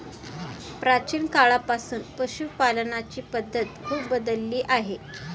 प्राचीन काळापासून पशुपालनाची पद्धत खूप बदलली आहे